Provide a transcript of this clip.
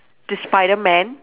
the spider man